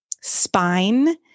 spine